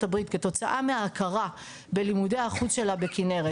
הברית כתוצאה מההכרה בלימודי החוץ שלה בכנרת,